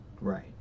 right